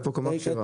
יש פה קומה כשרה.